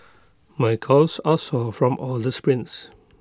my calves are sore from all the sprints